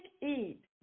eat